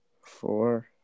four